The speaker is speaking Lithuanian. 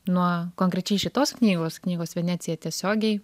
nuo konkrečiai šitos knygos knygos venecija tiesiogiai